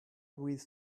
with